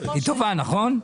היא טובה, נכון?